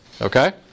okay